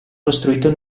costruito